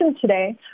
today